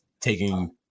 taking